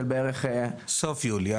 סוף יולי.